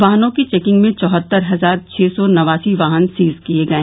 वाहनों की चेकिंग में चौहत्तर हजार छह सौ नवासी वाहन सीज किये गये